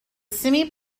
semi